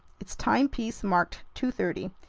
its timepiece marked two thirty.